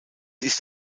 ist